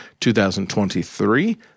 2023